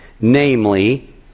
namely